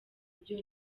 byo